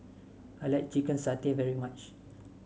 I like Chicken Satay very much